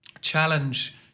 challenge